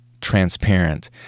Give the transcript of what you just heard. transparent